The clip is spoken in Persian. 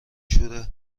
شوره